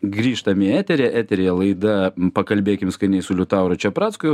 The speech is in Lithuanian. grįžtam į eterį eteryje laida pakalbėkim skaniai su liutauru čepracku